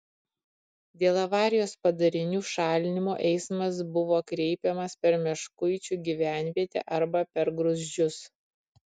dėl avarijos padarinių šalinimo eismas buvo kreipiamas per meškuičių gyvenvietę arba per gruzdžius